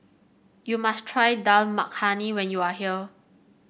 you must try Dal Makhani when you are here